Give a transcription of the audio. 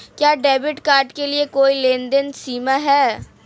क्या debit card के लिए कोई लेनदेन सीमा है?